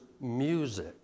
music